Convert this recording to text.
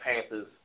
Panthers